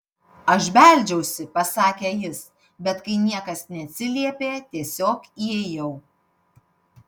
aš beldžiausi pasakė jis bet kai niekas neatsiliepė tiesiog įėjau